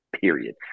period